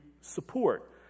support